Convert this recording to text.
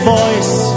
voice